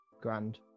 Grand